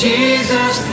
Jesus